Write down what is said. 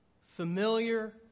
familiar